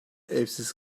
evsiz